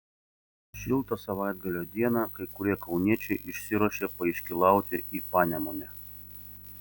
šiltą savaitgalio dieną kai kurie kauniečiai išsiruošė paiškylauti į panemunę